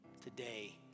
Today